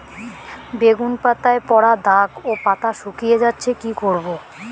বেগুন পাতায় পড়া দাগ ও পাতা শুকিয়ে যাচ্ছে কি করব?